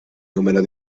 número